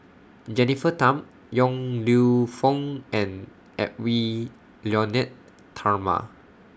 Jennifer Tham Yong Lew Foong and Edwy Lyonet Talma